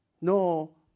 No